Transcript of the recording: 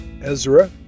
Ezra